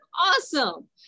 Awesome